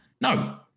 No